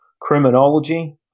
criminology